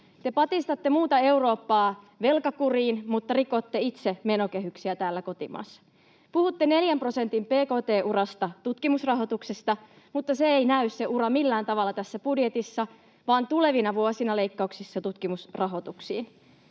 Te patistatte muuta Eurooppaa velkakuriin, mutta rikotte itse menokehyksiä täällä kotimaassa. Puhutte 4 prosentin bkt-urasta tutkimusrahoituksessa, mutta se ura ei näy millään tavalla tässä budjetissa, vaan tulevina vuosina tehdään leikkauksia tutkimusrahoituksiin.